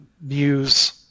news